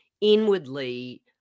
inwardly